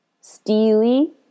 steely